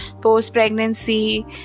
post-pregnancy